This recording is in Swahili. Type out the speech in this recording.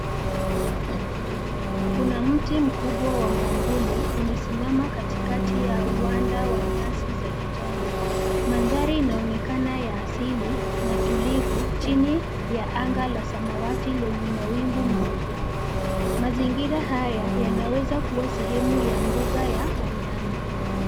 Kuna mti mkubwa wa mwavuli umesimama katikati ya uwanda wa nyasi za kijani. Mandhari inaonekana ya asili na tulivu chini ya anga la samawati lenye mawingu meupe. Mazingira haya yanaweza kuwa sehemu ya mbuga ya wanyama.